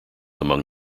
among